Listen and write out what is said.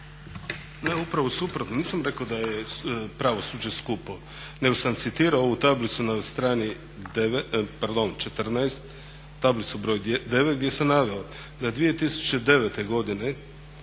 Upravo suprotno, nisam rekao da je pravosuđe skupo nego sam citirao ovu tablicu na str. 14 tablicu br. 9 gdje sam naveo da 2009. godine